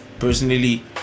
personally